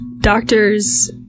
Doctors